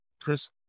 Chris